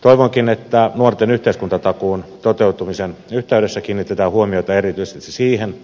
toivonkin että nuorten yhteiskuntatakuun toteutumisen yhteydessä kiinnitetään huomiota erityisesti siihen